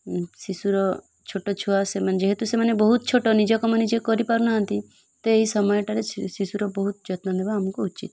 ଶିଶୁର ଛୋଟ ଛୁଆ ସେମାନେ ଯେହେତୁ ସେମାନେ ବହୁତ ଛୋଟ ନିଜ କାମ ନିଜେ କରିପାରୁନାହାନ୍ତି ତ ଏହି ସମୟଟାରେ ଶିଶୁର ବହୁତ ଯତ୍ନ ନେବା ଆମକୁ ଉଚିତ୍